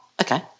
okay